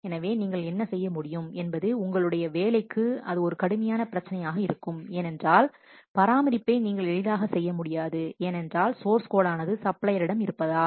எனவே நீங்கள் என்ன செய்ய முடியும் என்பது உங்களுடைய வேலைக்கு அது ஒரு கடுமையான பிரச்சனையாக இருக்கும் ஏனென்றால் பராமரிப்பை நீங்கள் எளிதாக செய்ய முடியாது ஏனென்றால் சோர்ஸ் கோடானது சப்ளையர் இடம் இருப்பதால்